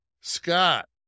Scott